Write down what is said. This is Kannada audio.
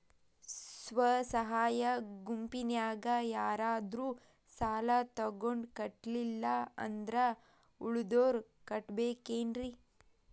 ಸ್ವ ಸಹಾಯ ಗುಂಪಿನ್ಯಾಗ ಯಾರಾದ್ರೂ ಸಾಲ ತಗೊಂಡು ಕಟ್ಟಿಲ್ಲ ಅಂದ್ರ ಉಳದೋರ್ ಕಟ್ಟಬೇಕೇನ್ರಿ?